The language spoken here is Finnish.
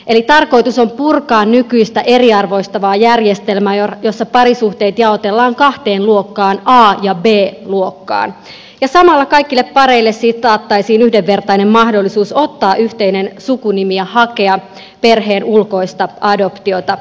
eli tarkoitus on purkaa nykyistä eriarvoistavaa järjestelmää jossa parisuhteet jaotellaan kahteen luokkaan a ja b luokkaan ja samalla kaikille pareille siis taattaisiin yhdenvertainen mahdollisuus ottaa yhteinen sukunimi ja hakea perheen ulkoista adoptiota